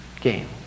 game